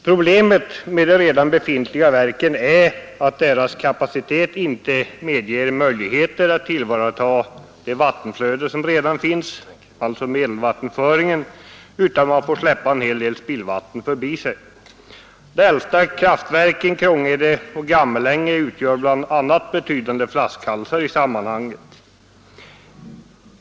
Problemet med de redan befintliga verken är att deras kapacitet inte medger möjligheten att tillvarata det vattenflöde som redan finns, alltså medelvattenföringen, utan man får släppa en hel del spillvatten förbi sig. De äldsta kraftverken, Krångede och Gammelänge, utgör bl.a. betydande flaskhalsar i sammanhanget.